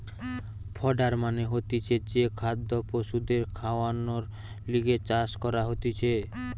fodder মানে হতিছে যে খাদ্য পশুদের খাওয়ানর লিগে চাষ করা হতিছে